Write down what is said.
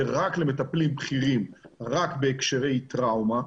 רק למטפלים בכירים רק בהקשרי טראומה,